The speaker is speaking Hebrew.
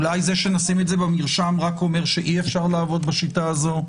אולי זה שנשים את זה במרשם רק אומר שאי אפשר לעבוד בשיטה הזאת,